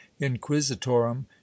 inquisitorum